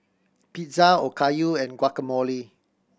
Pizza Okayu and Guacamole